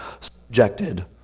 subjected